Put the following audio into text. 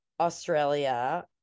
australia